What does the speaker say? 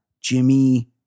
Jimmy